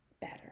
better